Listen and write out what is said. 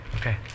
Okay